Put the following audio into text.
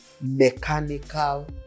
mechanical